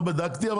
לא בדקתי,